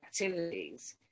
activities